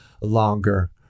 longer